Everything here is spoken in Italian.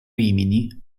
rimini